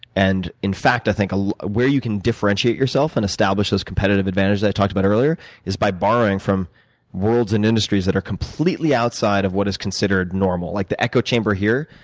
and in fact, i think ah where you can differentiate yourself, and establish those competitive advantages i talked about earlier is by borrowing from worlds and industries that are completely outside of what is considered normal. like the echo chamber here,